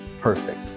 perfect